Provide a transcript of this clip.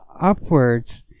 upwards